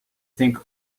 think